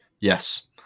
yes